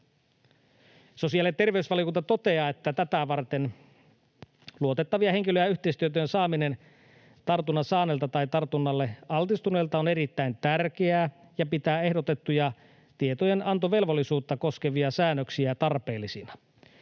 Sosiaali- ja terveysvaliokunta toteaa, että tätä varten luotettavien henkilö- ja yhteistietojen saaminen tartunnan saaneelta tai tartunnalle altistuneelta on erittäin tärkeää, ja pitää ehdotettuja tietojenantovelvollisuutta koskevia säännöksiä tarpeellisina.